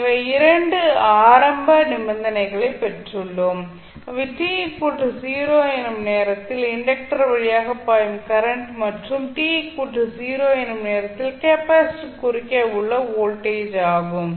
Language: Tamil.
எனவே 2 ஆரம்ப நிபந்தனைகள் பெற்றுள்ளோம் அவை t 0 எனும் நேரத்தில் இண்டக்டர் வழியாக பாயும் கரண்ட் மற்றும் t 0 எனும் நேரத்தில் கெபாசிட்டர் குறுக்கே உள்ள வோல்டேஜ் ஆகும்